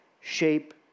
shape